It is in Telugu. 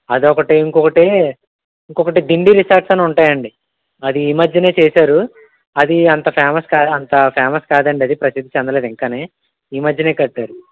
అది ఒకటి ఇంకొకటి ఇంకొకటి దిండి రిసార్ట్స్ అని ఉంటాయండి అది ఈ మధ్య చేశారు అది అంత ఫేమస్ కాదు అంత ఫేమస్ కాదండి అది ప్రసిద్ధి చెందలేదు ఇంకా ఈ మధ్య కట్టారు